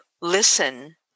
listen